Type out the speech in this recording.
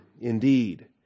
indeed